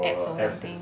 abs or something